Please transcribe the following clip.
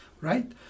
right